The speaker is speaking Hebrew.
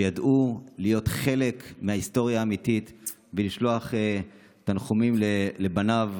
שידעו להיות חלק מההיסטוריה האמיתית ולשלוח תנחומים לבניו,